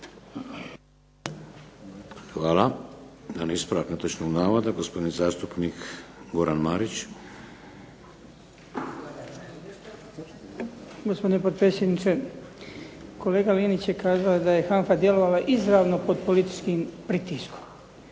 Hvala. Jedan ispravak netočnog navoda, gospodin zastupnik Goran Marić. **Marić, Goran (HDZ)** Gospodine potpredsjedniče, kolega Linić je kazao da je HANFA djelovala izravno pod političkim pritiskom